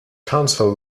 council